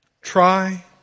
Try